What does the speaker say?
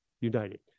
United